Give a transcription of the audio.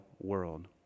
world